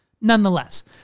Nonetheless